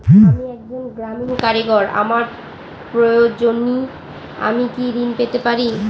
আমি একজন গ্রামীণ কারিগর আমার প্রয়োজনৃ আমি কি ঋণ পেতে পারি?